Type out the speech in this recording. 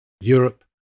Europe